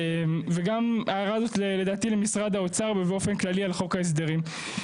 וגם ההערה הזאת לדעתי למשרד האוצר ובאופן כללי על חוק ההסדרים.